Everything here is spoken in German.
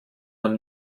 man